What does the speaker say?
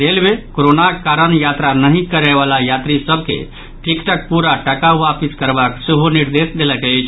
railway कोरोनाक कारण यात्रा नहि करयवला यात्री सभ के टिकटक पूरा टाका वापिस करबाक सेहो निर्देश देलक अछि